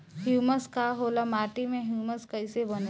Humus का होला माटी मे ह्यूमस कइसे बनेला?